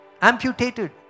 amputated